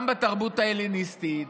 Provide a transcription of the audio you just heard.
גם בתרבות ההלניסטית,